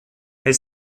elle